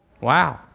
Wow